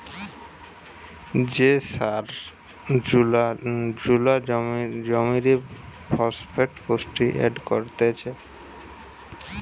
যে সার জুলা জমিরে ফসফেট পুষ্টি এড করতিছে